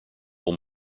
will